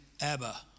Abba